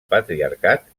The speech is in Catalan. patriarcat